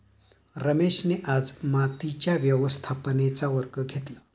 रमेशने आज मातीच्या व्यवस्थापनेचा वर्ग घेतला